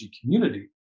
community